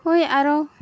ᱦᱳᱭ ᱟᱨᱚ